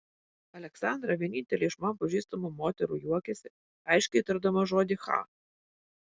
aleksandra vienintelė iš man pažįstamų moterų juokiasi aiškiai tardama žodį cha